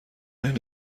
عین